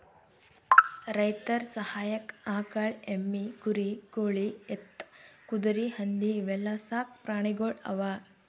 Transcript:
ರೈತರ್ ಸಹಾಯಕ್ಕ್ ಆಕಳ್, ಎಮ್ಮಿ, ಕುರಿ, ಕೋಳಿ, ಎತ್ತ್, ಕುದರಿ, ಹಂದಿ ಇವೆಲ್ಲಾ ಸಾಕ್ ಪ್ರಾಣಿಗೊಳ್ ಅವಾ